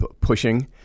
pushing